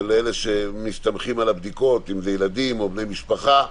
אלה שמסתמכים על הבדיקות אם זה ילדים או בני משפחה,